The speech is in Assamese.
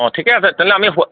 অঁ ঠিকেই আছে তেনেহ'লে